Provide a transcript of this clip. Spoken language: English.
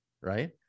right